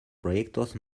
proyectos